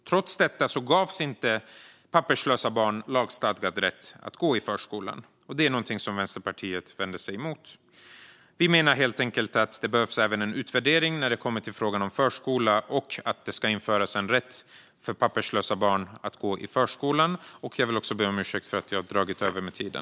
Trots detta gavs inte papperslösa barn lagstadgad rätt att gå i förskolan. Det är något som Vänsterpartiet vänder sig mot. Vi menar helt enkelt att det behövs en utvärdering av frågan om att införa en rätt för papperslösa barn att gå i förskolan.